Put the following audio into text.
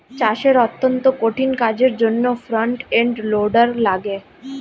চাষের অত্যন্ত কঠিন কাজের জন্যে ফ্রন্ট এন্ড লোডার লাগে